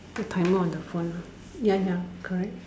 the timer on the phone ah ya ya correct